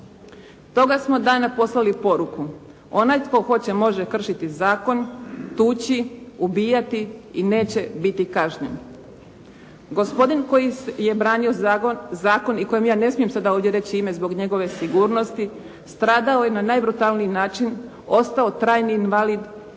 Toga smo dana poslali poruku, onaj tko hoće može kršiti zakon, tući, ubijati i neće biti kažnjen. Gospodin koji je branio zakon i kojem ja ne smijem sada ovdje reći ime zbog njegove sigurnosti, stradao je na najbrutalniji način, ostao trajni invalid,